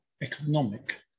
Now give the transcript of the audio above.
economic